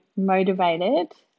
motivated